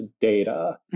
data